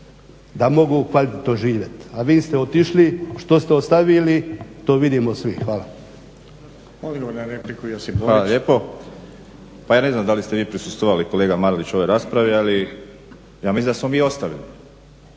da mogu kvalitetno živjeti. A vi ste otišli, što ste ostavili to vidimo svi. Hvala.